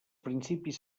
principis